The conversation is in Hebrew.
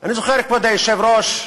זוכר, כבוד היושב-ראש,